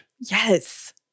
Yes